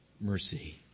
mercy